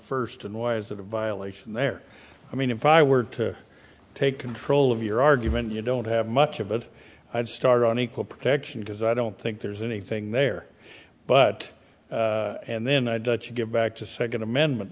first and why is that a violation there i mean if i were to take control of your argument you don't have much of it i'd start on equal protection because i don't think there's anything there but and then i'd get back to second amendment